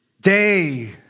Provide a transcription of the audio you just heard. Day